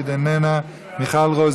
למנהלת הוועדה לאה ורון וליועצת המשפטית אתי